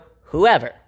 whoever